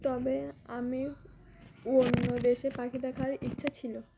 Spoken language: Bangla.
তবে আমার অন্য দেশে পাখি দেখার ইচ্ছা ছিল